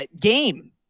game